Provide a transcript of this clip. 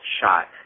shot